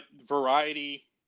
variety